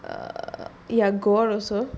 err ya go out also